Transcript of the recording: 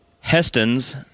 Heston's